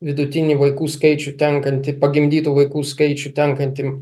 vidutinį vaikų skaičių tenkantį pagimdytų vaikų skaičių tenkantį